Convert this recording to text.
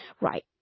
Right